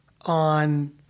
on